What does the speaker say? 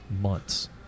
months